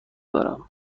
دارم